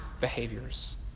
behaviors